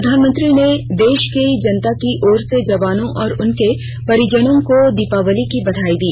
प्रधानमंत्री ने देश की जनता की ओर से जवानों और उनके परिजनों को दीपावली की बधाई दी